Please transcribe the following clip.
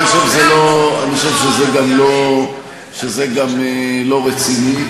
אז אל, אני חושב שזה גם לא רציני.